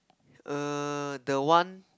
err the one